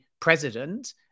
president